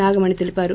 నాగమణి తెలిపారు